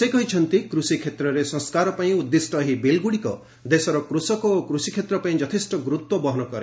ସେ କହିଛନ୍ତି କୃଷି କ୍ଷେତ୍ରରେ ସଂସ୍କାର ପାଇଁ ଉଦ୍ଦିଷ୍ଟ ଏହି ବିଲ୍ଗୁଡ଼ିକ ଦେଶର କୃଷକ ଓ କୃଷିକ୍ଷେତ୍ର ପାଇଁ ଯଥେଷ୍ଟ ଗୁରୁତ୍ୱ ବହନ କରେ